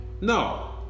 No